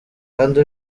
kandi